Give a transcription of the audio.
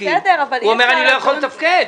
הוא אומר: אני לא יכול לתפקד,